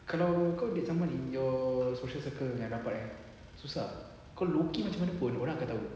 kalau kau date somebody your social circle yang rapat kan susah kau low key macam mana pun orang akan tahu